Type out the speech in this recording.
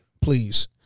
please